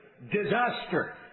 disaster